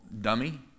dummy